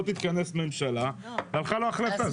לא תתכנס ממשלה והלכה לו ההחלטה.